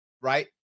right